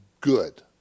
good